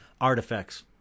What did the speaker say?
artifacts